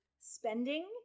spending